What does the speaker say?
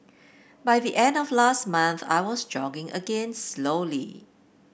by the end of last month I was jogging again slowly